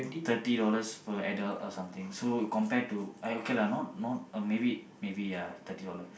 thirty dollars per adult or something so compare to eh okay lah not not or maybe maybe ya thirty dollar